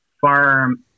farm